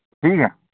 ठीक है